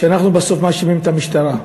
ובסוף אנחנו מאשימים את המשטרה.